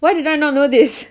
why did I not know this